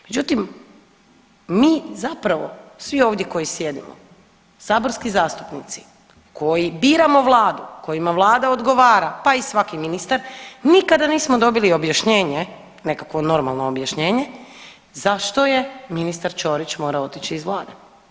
Međutim, mi zapravo svi ovdje koji sjedimo, saborski zastupnici koji biramo vladu, kojima vlada odgovara, pa i svaki ministar nikada nismo dobili objašnjenje, nekakvo normalno objašnjenje zašto je ministar Ćorić morao otići iz vlade.